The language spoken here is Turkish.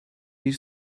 bir